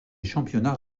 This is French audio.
championnats